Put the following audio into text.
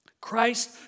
Christ